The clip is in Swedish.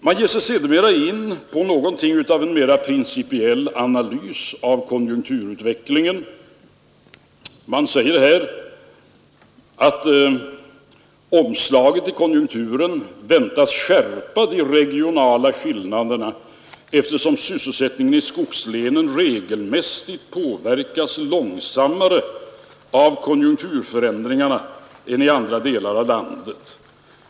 Man ger sig sedermera in på en mera principiell analys av konjunkturutvecklingen. Man säger att ”ett omslag i konjunkturen väntas skärpa de regionala skillnaderna, eftersom sysselsättningen i skogslänen regelmässigt påverkas långsammare av konjunkturförändringar än i andra delar av landet”.